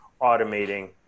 automating